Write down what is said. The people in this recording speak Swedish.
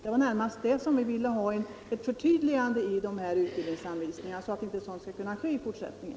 Vi vill närmast ha ett förtydligande av anvisningarna, så att sådant här inte skall kunna ske i fortsättningen.